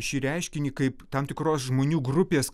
šį reiškinį kaip tam tikros žmonių grupės